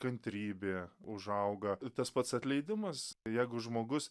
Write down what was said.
kantrybė užauga tas pats atleidimas jeigu žmogus